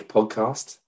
Podcast